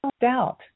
doubt